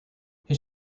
his